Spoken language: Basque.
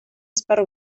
esparru